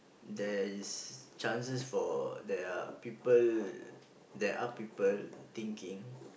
there is chances for there are people there are people thinking